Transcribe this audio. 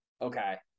okay